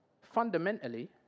fundamentally